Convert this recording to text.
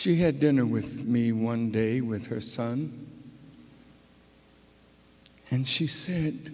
she had dinner with me one day with her son and she said